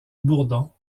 bourdon